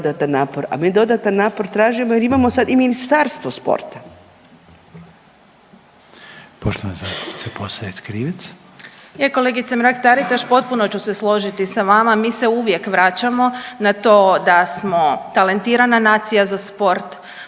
dodatan napor, a mi dodatan napor tražimo jer imamo sad i Ministarstvo sporta.